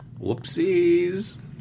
Whoopsies